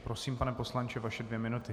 Prosím, pane poslanče, vaše dvě minuty.